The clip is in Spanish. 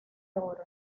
oro